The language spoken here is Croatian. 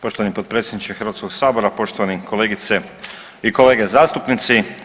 Poštovani potpredsjedniče Hrvatskog sabora, poštovani kolegice i kolege zastupnici.